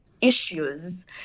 issues